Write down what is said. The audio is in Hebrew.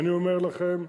אני אומר לכם,